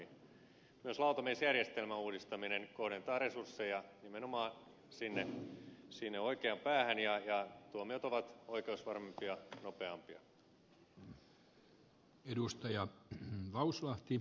myös lautamiesjärjestelmän uudistaminen kohdentaa resursseja nimenomaan sinne oikeaan päähän ja tuomiot ovat oikeusvarmempia ja nopeampia